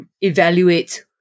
evaluate